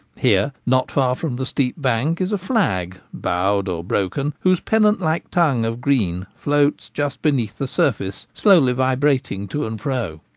here, not far from the steep bank, is a flag, bowed or broken, whose pennant-like tongue of green floats just beneath the surface, slowly vibrating to and fro,